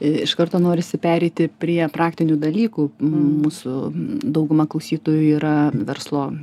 iš karto norisi pereiti prie praktinių dalykų mūsų dauguma klausytojų yra verslo